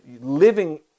living